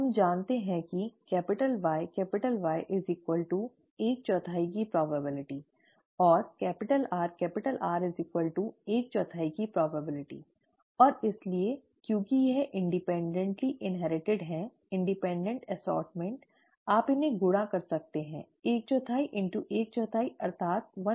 हम जानते हैं कि YY 14 की संभावना और RR 14 की संभावना और इसलिए क्योंकि ये स्वतंत्र रूप से इन्हेरिटिड हैं स्वतंत्र वर्गीकरण आप इन्हें गुणा कर सकते हैं ¼ x ¼ अर्थात 116